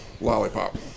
lollipop